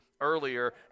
Earlier